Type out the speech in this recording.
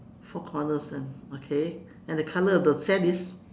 four corners ah okay and the colour of the sand is